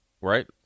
right